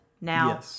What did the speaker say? Now